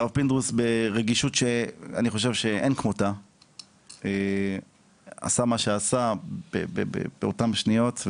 והרב פינדרוס ברגישות שאני חושב שאין כמותה עשה מה שעשה באותן שניות,